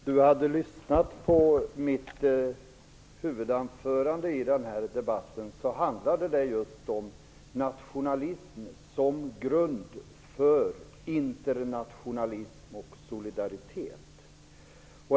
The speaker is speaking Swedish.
Fru talman! Om Peter Eriksson hade lyssnat på mitt huvudanförande i debatten hade han hört att det just handlade om nationalism som grund för internationalism och solidaritet.